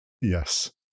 yes